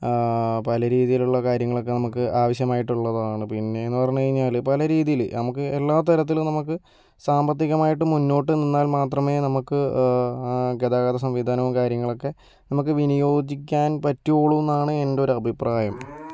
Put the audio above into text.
പലരീതിയിലുള്ള കാര്യങ്ങളൊക്കെ നമുക്ക് ആവശ്യമായിട്ടുള്ളതാണ് പിന്നെന്ന് പറഞ്ഞുകഴിഞ്ഞാല് പലരീതീല് നമുക്ക് എല്ലാ തരത്തിലും നമുക്ക് സാമ്പത്തികമായിട്ട് മുന്നോട്ട് നിന്നാൽ മാത്രമേ നമുക്ക് ഗതാഗത സംവിധാനവും കാര്യങ്ങളുമൊക്കെ നമുക്ക് വിനിയോജിക്കാൻ പറ്റുകയുള്ളു എന്നാണ് എൻ്റെ ഒരു അഭിപ്രായം